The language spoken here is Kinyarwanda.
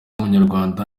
w’umunyarwanda